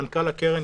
מנכ"ל הקרן,